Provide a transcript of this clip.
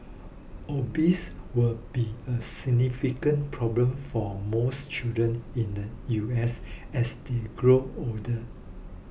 obesity will be a significant problem for most children in the U S as they grow older